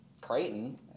Creighton